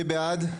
מי בעד?